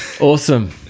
Awesome